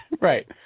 Right